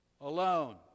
alone